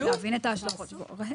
להבין את ההשלכות שלו.